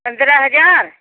पंद्रह हज़ार